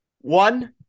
One